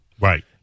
Right